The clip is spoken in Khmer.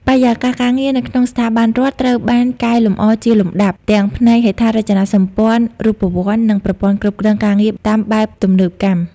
បរិយាកាសការងារនៅក្នុងស្ថាប័នរដ្ឋត្រូវបានកែលម្អជាលំដាប់ ទាំងផ្នែកហេដ្ឋារចនាសម្ព័ន្ធរូបវន្ត និងប្រព័ន្ធគ្រប់គ្រងការងារតាមបែបទំនើបកម្ម។